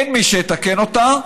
אין מי שיתקן אותה.